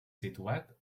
situat